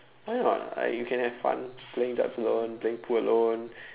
why not like you can have fun playing darts alone playing pool alone